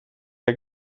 der